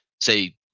say